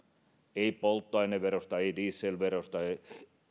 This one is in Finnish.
ei polttoaineverosta ei dieselverosta ei